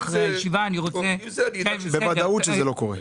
אני יודע בוודאות שזה לא קורה.